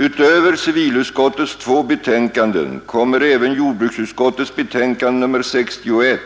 Utöver civilutskottets två betänkanden kommer även jordbruksutskottets betänkande nr 61